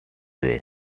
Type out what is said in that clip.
way